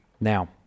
Now